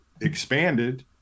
expanded